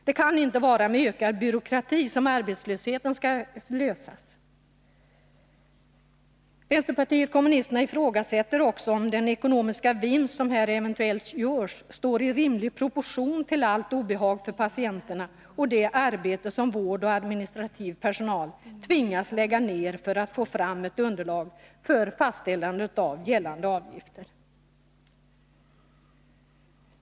Det kan inte vara med ökad byråkrati som frågan om arbetslösheten skall lösas. Vänsterpartiet kommunisterna ifrågasätter även om den ekonomiska vinst som här eventuellt görs står i rimlig proportion till allt obehag för patienterna och det arbete som vårdpersonalen och administrativ personal tvingas lägga ner för att få fram ett underlag för fastställandet av gällande avgifter.